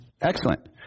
Excellent